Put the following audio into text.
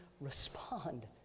respond